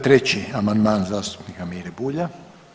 Treći amandman zastupnika Mire Bulja.